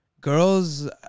Girls